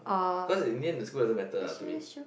cause in the end the school doesn't matter ah to me